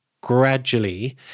gradually